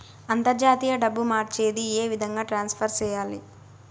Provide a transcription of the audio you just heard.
అంతర్జాతీయ డబ్బు మార్చేది? ఏ విధంగా ట్రాన్స్ఫర్ సేయాలి?